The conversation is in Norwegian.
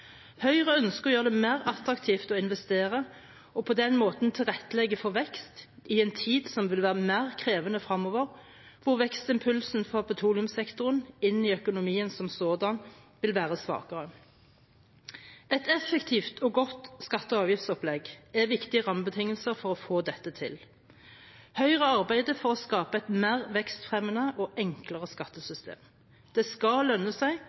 Høyre ønsker å gjøre det mer attraktivt å investere og på den måten tilrettelegge for vekst i en tid som vil være mer krevende fremover, hvor vekstimpulsen fra petroleumssektoren inn i økonomien som sådan vil være svakere. Et effektivt og godt skatte- og avgiftsopplegg er viktige rammebetingelser for å få dette til. Høyre arbeider for å skape et mer vekstfremmende og enklere skattesystem. Det skal lønne seg